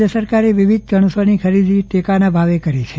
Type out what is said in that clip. રાજ્ય સરકારે વિવિધ જણસોની ખરીદી ટેકાના ભાવે કરી છે